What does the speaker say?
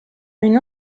une